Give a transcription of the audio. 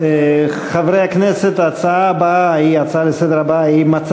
חברי הכנסת, ההצעה הבאה היא הצעה לסדר-היום מס'